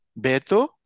Beto